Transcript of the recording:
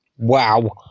Wow